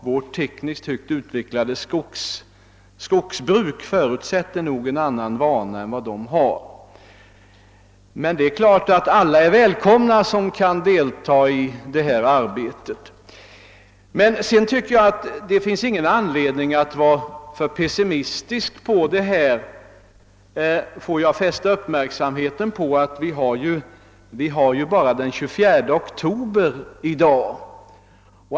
Vårt tekniskt högt utvecklade skogsbruk förutsätter nog en annan vana än vad de har. Men det är klart att alla är välkomna som kan delta i detta arbete. Det finns emellertid ingen anledning att vara för pessimistisk i detta sammanhang. Får jag fästa uppmärksamheten på att vi bara har den 24 oktober i dag!